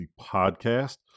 podcast